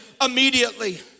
immediately